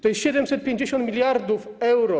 To jest 750 mld euro.